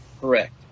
Correct